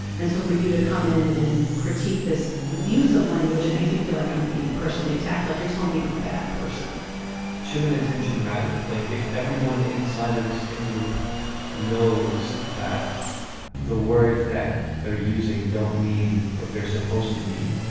and so for you to come in and critique this loose of language it makes me feel like i'm being personally attacked like you're telling me i'm a bad person should an intention matter like if everyone inside of this group knows that the words that they're using don't mean what they're supposed to mean.